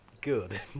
good